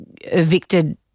evicted